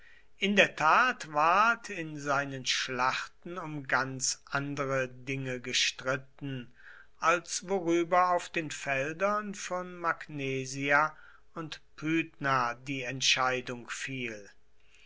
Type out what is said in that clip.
in der tat ward in seinen schlachten um ganz andere dinge gestritten als worüber auf den feldern von magnesia und pydna die entscheidung fiel